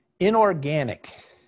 Inorganic